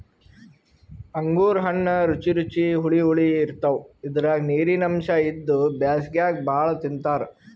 ಅಂಗೂರ್ ಹಣ್ಣ್ ರುಚಿ ರುಚಿ ಹುಳಿ ಹುಳಿ ಇರ್ತವ್ ಇದ್ರಾಗ್ ನೀರಿನ್ ಅಂಶ್ ಇದ್ದು ಬ್ಯಾಸ್ಗ್ಯಾಗ್ ಭಾಳ್ ತಿಂತಾರ್